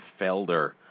Felder